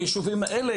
ביישובים האלה,